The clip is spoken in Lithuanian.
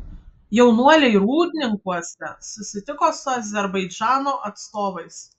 jaunuoliai rūdninkuose susitiko su azerbaidžano atstovais